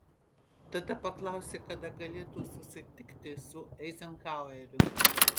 tada paklausė kada galėtų susitikti su eizenhaueriu